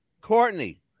Courtney